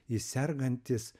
jis sergantis